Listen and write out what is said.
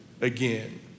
again